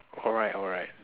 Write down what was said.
alright alright